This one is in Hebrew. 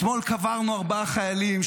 אתמול קברנו ארבעה חיילים.